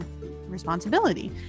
responsibility